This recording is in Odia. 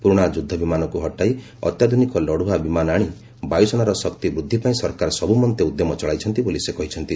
ପୁରୁଣା ଯୁଦ୍ଧ ବିମାନକୁ ହଟାଇ ଅତ୍ୟାଧୁନିକ ଲଢ଼ୁଆ ବିମାନ ଆଣି ବାୟୁସେନାର ଶକ୍ତି ବୃଦ୍ଧି ପାଇଁ ସରକାର ସବୁମନ୍ତେ ଉଦ୍ୟମ ଚଳାଇଛନ୍ତି ବୋଲି ସେ କହିଛନ୍ତି